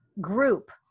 group